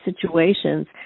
situations